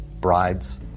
brides